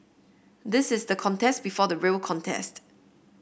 this is the contest before the real contest